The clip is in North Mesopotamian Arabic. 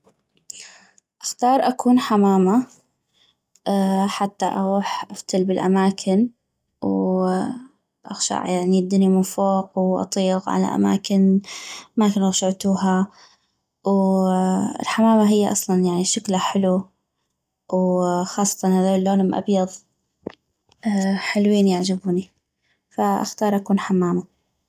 اختار اكون حمامة حتى اغوح افتل بالأماكن و اغشع يعني الدني من فوق واطيغ على اماكن ما كن غشعتوها والحمامة هي اصلا شكلا حلو وخاصة هذولي تلي لونم ابيض حلوين يعجبوني فاختار اكون حمامة